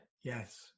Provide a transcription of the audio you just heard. yes